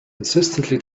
insistently